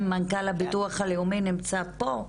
אם מנכ"ל הביטוח לאומי נמצא פה,